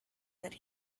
that